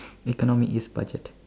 economy is budget